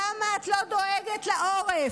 למה את לא דואגת לעורף?